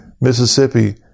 Mississippi